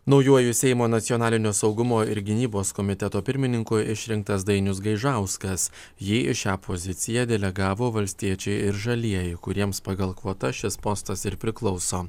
naujuoju seimo nacionalinio saugumo ir gynybos komiteto pirmininku išrinktas dainius gaižauskas jį į šią poziciją delegavo valstiečiai ir žalieji kuriems pagal kvotas šis postas ir priklauso